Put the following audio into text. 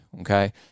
okay